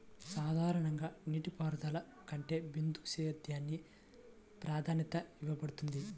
సాధారణ నీటిపారుదల కంటే బిందు సేద్యానికి ప్రాధాన్యత ఇవ్వబడుతుంది